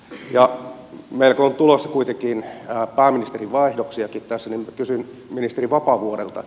meillä kun on tulossa kuitenkin pääministerivaihdoksiakin tässä niin kysyn ministeri vapaavuorelta